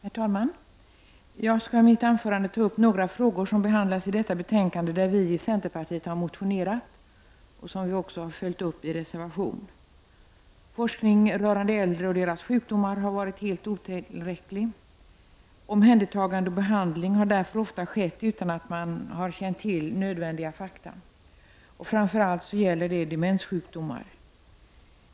Herr talman! Jag skall i mitt anförande ta upp några frågor som behandlas i detta betänkande och som vi i centerpartiet har motionerat om. Vi har även följt upp dessa motioner i reservationer. Forskningen rörande äldre och deras sjukdomar har varit helt otillräcklig. Omhändertagande och behandling har därför ofta skett utan att man har känt till nödvändiga fakta. Framför allt gäller detta demenssjukdomar.